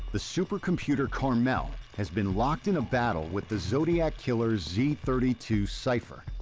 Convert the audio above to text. the supercomputer carmel has been locked in a battle with the zodiac killer's z three two cipher,